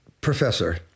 professor